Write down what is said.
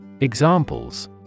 Examples